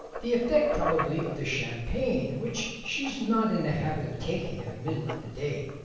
the effect probably of the champagne, which she's not in the habit of taking in the middle of the day.